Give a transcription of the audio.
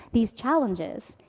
these challenges,